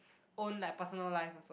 own like personal life also